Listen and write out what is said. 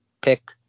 pick